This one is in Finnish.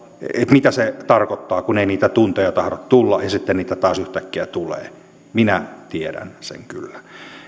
mitä se tarkoittaa kun ei niitä tunteja tahdo tulla ja sitten niitä taas yhtäkkiä tulee minä tiedän sen kyllä